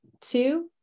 Two